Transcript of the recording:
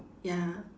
ya